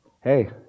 hey